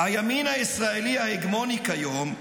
"הימין הישראלי ההגמוני כיום,